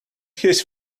his